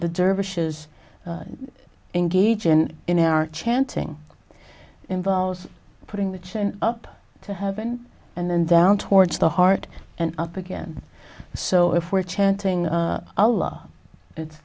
the dervishes engage in in our chanting involves putting the chin up to heaven and then down towards the heart and up again so if we're chanting allah it's